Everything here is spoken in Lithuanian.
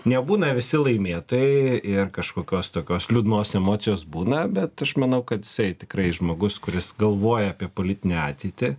nebūna visi laimėtojai ir kažkokios tokios liūdnos emocijos būna bet aš manau kad jisai tikrai žmogus kuris galvoja apie politinę ateitį